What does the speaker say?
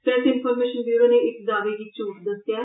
press information bureau ने इस दावे गी झूठ दस्सेआ ऐ